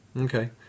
Okay